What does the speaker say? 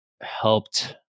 Helped